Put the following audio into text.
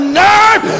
nerve